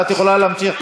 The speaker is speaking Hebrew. את יכולה להמשיך,